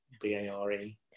B-A-R-E